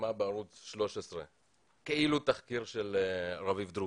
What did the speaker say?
בערוץ 13, כאילו תחקיר של רביב דרוקר.